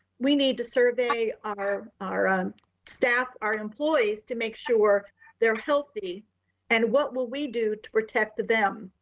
we need to survey our our um staff, our employees to make sure they're healthy and what will we do to protect them?